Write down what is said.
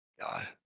God